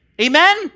Amen